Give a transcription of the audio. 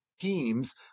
teams